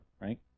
right